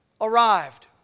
arrived